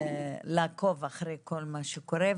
לעקוב אחרי כל מה שקורה,